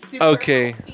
Okay